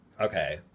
okay